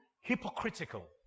hypocritical